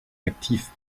actif